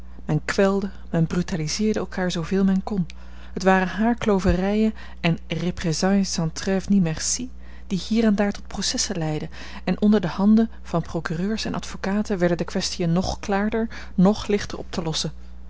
men kwelde men brutaliseerde elkaar zooveel men kon het waren haarkloverijen en représailles sans trève ni merci die hier en daar tot processen leidden en onder de handen van procureurs en advocaten werden de kwestiën noch klaarder noch lichter op te lossen